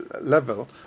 level